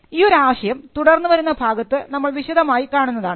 ഈ ഒരു ആശയം തുടർന്നുവരുന്ന ഭാഗത്ത് നമ്മൾ വിശദമായി കാണുന്നതാണ്